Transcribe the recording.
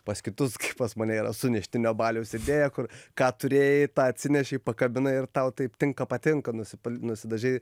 pas kitus kai pas mane yra suneštinio baliaus idėja kur ką turėjai tą atsinešei pakabinai ir tau taip tinka patinka nusipel nusidažei